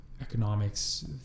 economics